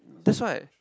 that's right